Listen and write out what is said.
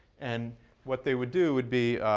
and what they would do would be